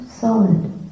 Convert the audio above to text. solid